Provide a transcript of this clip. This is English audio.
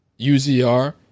UZR